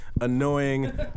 annoying